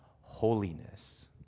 holiness